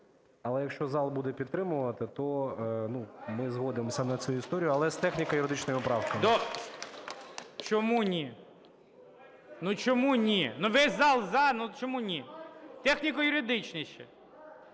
Але якщо зал буде підтримувати, то ми згодимося на цю історію, але з техніко-юридичними правками. ГОЛОВУЮЧИЙ. Чому ні? Ну, чому ні? Весь зал "за" – чому ні? Техніко-юридичні ще.